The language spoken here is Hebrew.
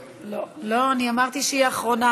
לא, אני אמרתי שהיא האחרונה.